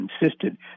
insisted